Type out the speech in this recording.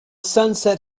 sunset